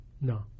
No